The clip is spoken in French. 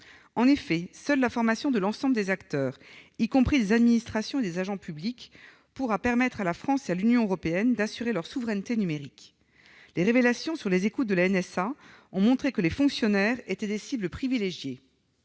En effet, seule la formation de l'ensemble des acteurs, y compris ceux des administrations et les agents publics, pourra permettre à la France et à l'Union européenne d'assurer leur souveraineté numérique. Les révélations sur les écoutes de la, la NSA, ont montré que les fonctionnaires étaient des cibles privilégiées.